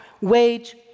Wage